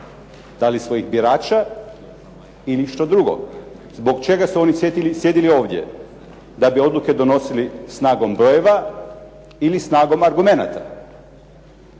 Da li svojih birača ili što drugo? Zbog čega su oni sjedili ovdje? Da bi odluke donosili snagom brojeva ili snagom argumenata?